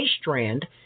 strand